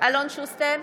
אלון שוסטר,